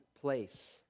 place